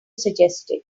suggested